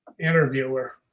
interviewer